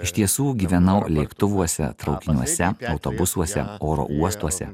iš tiesų gyvenau lėktuvuose traukiniuose autobusuose oro uostuose